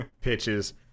pitches